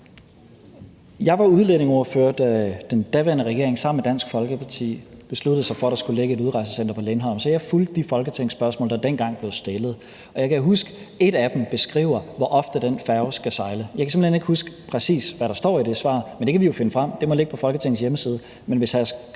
var udlændingeordfører, da den daværende regering sammen med Dansk Folkeparti besluttede sig for, at der skulle ligge et udrejsecenter på Lindholm, så jeg fulgte de folketingsspørgsmål, der dengang blev stillet. Jeg kan huske, at et af dem beskriver, hvor ofte den færge skal sejle; jeg kan simpelt hen ikke huske, præcis hvad der står i det svar, men det kan vi jo finde frem, det må stå på Folketingets hjemmeside.